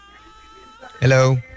Hello